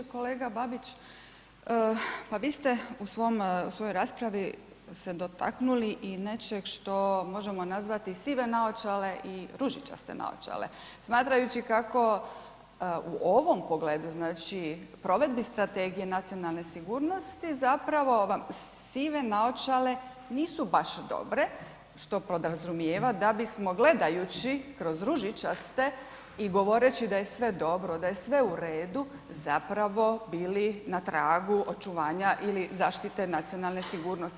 Kolega Babić, pa vi ste u svom, u svojoj raspravi se dotaknuli i nečeg što možemo nazvati i sive naočale i ružičaste naočale, smatrajući kako u ovom pogledu znači provedbi Strategije nacionalne sigurnosti zapravo vam sive naočale nisu baš dobre što podrazumijeva da bismo gledajući kroz ružičaste i govoreći da je sve dobro, da je sve u redu zapravo bili na tragu očuvanja ili zaštite nacionalne sigurnosti.